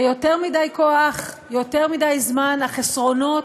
ועם יותר מדי כוח יותר מדי זמן החסרונות